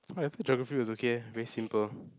why I feel geography was okay leh very simple